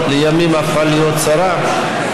לימים הפכה להיות שרה,